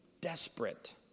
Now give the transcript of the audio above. desperate